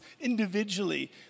individually